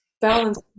balance